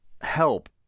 help